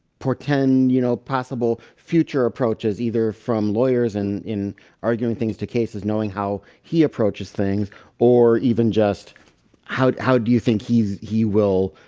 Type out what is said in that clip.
portend, you know possible future approaches either from lawyers and in arguing things to cases knowing how he approaches things or even just how how do you think he will?